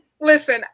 Listen